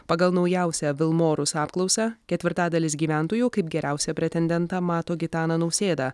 pagal naujausią vilmorus apklausą ketvirtadalis gyventojų kaip geriausią pretendentą mato gitaną nausėdą